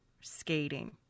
skating